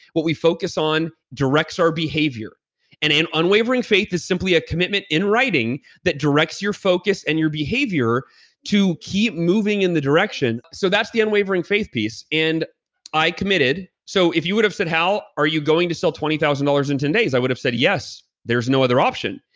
what we focus on directs our behavior and an unwavering faith is simply a commitment in writing that directs your focus and your behavior to keep moving in the direction. so that's the unwavering peace and i committed. so if you would've said, hal are you going to sell twenty thousand dollars in ten days? i would have said, yes. there's no other option.